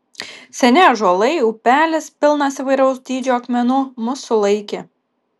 seni ąžuolai upelis pilnas įvairaus dydžio akmenų mus sulaikė